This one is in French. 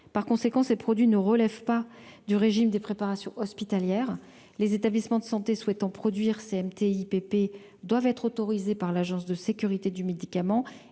par conséquent, ces produits ne relèvent pas du régime des préparations hospitalières, les établissements de santé souhaitant produire CM TIPP doivent être autorisés par l'agence de sécurité du médicament